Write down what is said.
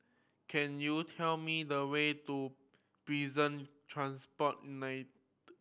can you tell me the way to Prison Transport